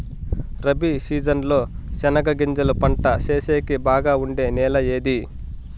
Rabi season లో చెనగగింజలు పంట సేసేకి బాగా ఉండే నెల ఏది?